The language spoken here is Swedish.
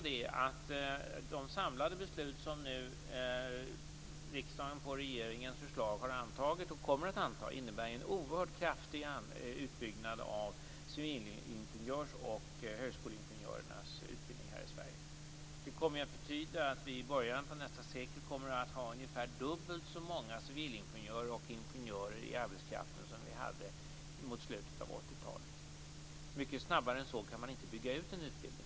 De samlade beslut som riksdagen på regeringens förslag har antagit och kommer att anta innebär en oerhört kraftig utbyggnad av civilingenjörs och högskoleingenjörsutbildningarna i Sverige. I början av nästa sekel kommer det att finnas ungefär dubbelt så många civilingenjörer och ingenjörer i arbetskraften som det fanns mot slutet av 80-talet. Snabbare än så går det inte att bygga ut en utbildning.